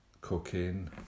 cocaine